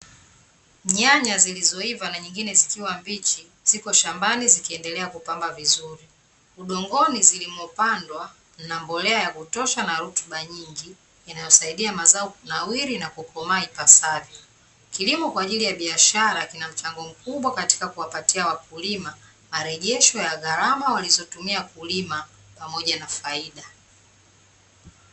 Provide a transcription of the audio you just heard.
Nyanya zilizoiva na nyingine zikiwa mbichi ziko shambani zikiendelea kupamba vizuri, udongoni zilimopandwa na mbolea ya kutosha na rutuba nyingi inayosaidia mazao kunawiri na kukoma ipasavyo, kilimo kwa ajili ya biashara kina mchango mkubwa katika kuwapatia wakulima marejesho ya gharama walizotumia kulima pamoja na faida.